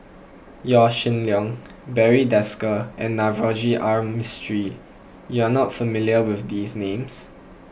Yaw Shin Leong Barry Desker and Navroji R Mistri you are not familiar with these names